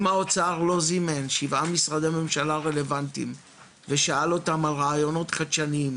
אם האוצר לא זימן שבעה משרדי ממשלה רלוונטיים ושאל אותם על רעיונות חדשניים